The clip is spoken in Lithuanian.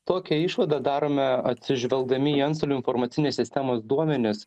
tokią išvadą darome atsižvelgdami į antstolių informacinės sistemos duomenis